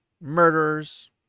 murderers